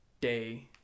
day